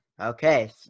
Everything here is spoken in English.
Okay